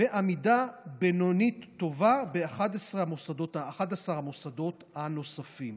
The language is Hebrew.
ועמידה בינונית-טובה ב-11 המוסדות הנוספים.